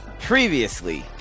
Previously